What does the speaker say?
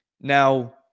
Now